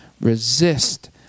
resist